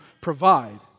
provide